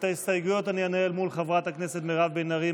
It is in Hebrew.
את ההסתייגויות אני אנהל מול חברת הכנסת מירב בן ארי,